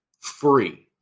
Free